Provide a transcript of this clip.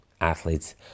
athletes